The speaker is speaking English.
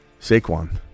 Saquon